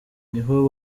niho